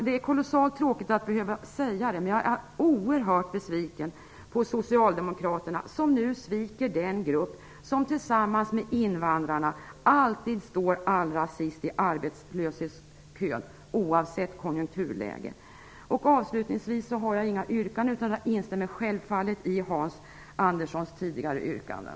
Det är kolossalt tråkigt att behöva säga det, men jag är oerhört besviken på socialdemokraterna som sviker den grupp, som tillsammans med invandrarna, alltid står allra sist i arbetslöshetskön, oavsett konjunkturläge. Avslutningsvis har jag inga yrkanden, utan jag instämmer självfallet i Hans Anderssons tidigare yrkanden.